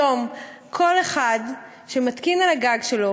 כיום כל אחד שמתקין על הגג שלו